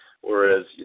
whereas